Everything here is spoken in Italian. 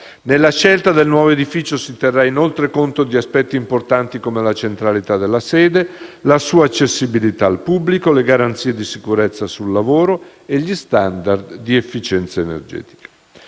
Nella scelta del nuovo edificio si terrà inoltre conto di aspetti importanti come la centralità della sede, la sua accessibilità al pubblico, le garanzie di sicurezza sul lavoro e gli *standard* di efficienza energetica.